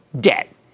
debt